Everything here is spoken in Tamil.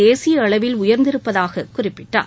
தேசிய அளவில் உயர்ந்திருப்பதாக குறிப்பிட்டார்